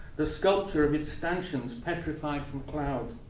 the sculpture of its stanchions petrified from clouds.